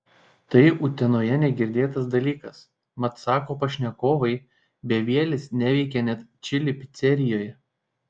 tai utenoje negirdėtas dalykas mat sako pašnekovai bevielis neveikia net čili picerijoje